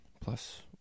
plus